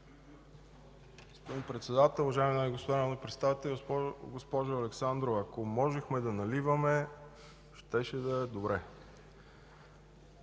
Господин Председател, уважаеми госпожи и господа народни представители! Госпожо Александрова, ако можехме да наливаме, щеше да е добре!